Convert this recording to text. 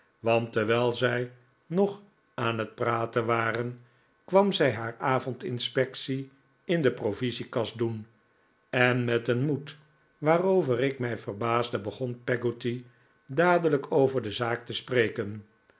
want terwijl wij nog aan het praten waren kwam zij haar avondinspectie in de provisiekast doen en met een moed waarover ik mij verbaasde begon peggotty dadelijk over de zaak te spreken